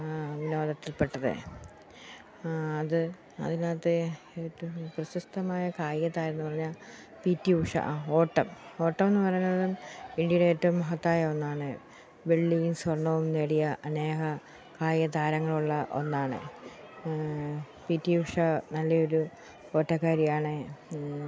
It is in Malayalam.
വിനോദത്തിൽ പെട്ടതെ അത് അതിനകത്തെ ഏറ്റവും പ്രശസ്തമായ കായികതാരമെന്നു പറഞ്ഞാൽ പി ടി ഉഷ ഓട്ടം ഓട്ടമെന്നു പറയുന്നത് ഇന്ത്യയിലെ ഏറ്റവും മഹത്തായ ഒന്നാണ് വെള്ളിയും സ്വർണ്ണവും നേടിയ അനേക കായിക താരങ്ങളുള്ള ഒന്നാണ് പി ടി ഉഷ നല്ലയൊരു ഓട്ടക്കാരിയാണ്